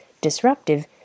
disruptive